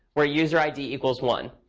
where user id equals one.